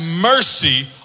mercy